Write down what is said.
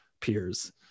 peers